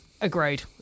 agreed